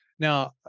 Now